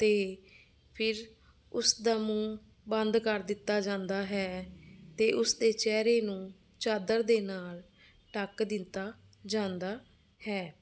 ਅਤੇ ਫਿਰ ਉਸ ਦਾ ਮੂੰਹ ਬੰਦ ਕਰ ਦਿੱਤਾ ਜਾਂਦਾ ਹੈ ਅਤੇ ਉਸਦੇ ਚਿਹਰੇ ਨੂੰ ਚਾਦਰ ਦੇ ਨਾਲ ਢੱਕ ਦਿੱਤਾ ਜਾਂਦਾ ਹੈ